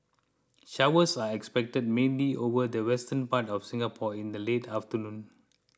showers are expected mainly over the western part of Singapore in the late afternoon